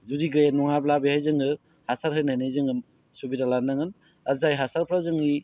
जुदि नङाब्ला बेहाय जोङो हासार होनायनि जोङो सुबिदा लानांगोन आरो जाय हासारफ्रा जोंनि